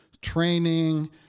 training